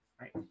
Right